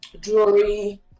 Jewelry